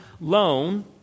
loan